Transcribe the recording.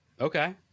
Okay